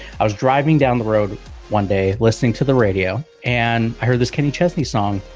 i was driving down the road one day listening to the radio, and i heard this kenny chesney song,